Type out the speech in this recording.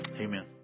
amen